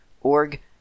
org